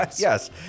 Yes